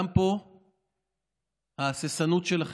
גם פה ההססנות שלכם,